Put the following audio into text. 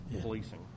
policing